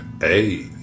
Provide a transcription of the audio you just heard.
Hey